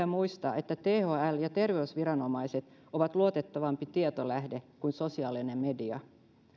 muistaa että thl ja terveysviranomaiset ovat luotettavampi tietolähde kuin sosiaalinen media